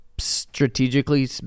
Strategically